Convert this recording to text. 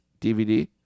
DVD